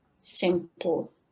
simple